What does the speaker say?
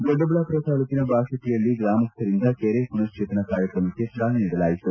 ದೊಡ್ಡಬಳ್ಳಾಮರ ತಾಲೂಕಿನ ಬಾಶೆಟ್ಟಹಳ್ಳಿಯಲ್ಲಿ ಗ್ರಾಮಸ್ಥರಿಂದ ಕೆರೆ ಮನಜ್ಜೇತನ ಕಾರ್ಕ್ರಮಕ್ಕೆ ಚಾಲನೆ ನೀಡಲಾಯಿತು